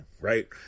right